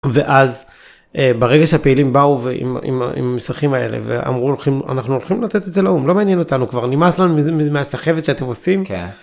ואז ברגע שהפעילים באו עם המסמכים האלה, ואמרו אנחנו הולכים לתת את זה לאום, לא מעניין אותנו כבר נמאס לנו מהסחבת שאתם עושים.